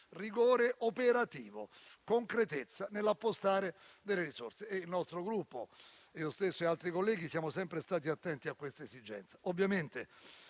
rigore operativo e concretezza nell'appostare delle risorse. Il nostro Gruppo, io stesso e altri colleghi, siamo sempre stati attenti a queste esigenze.